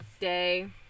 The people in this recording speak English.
day